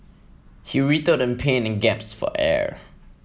he writhed in pain and gasped for air